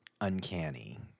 uncanny